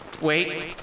Wait